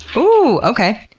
oooh, okay.